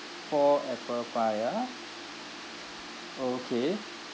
four apple pie ah okay